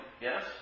yes